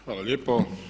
Hvala lijepo.